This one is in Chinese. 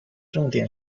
重点